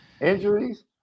Injuries